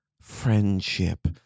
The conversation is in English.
Friendship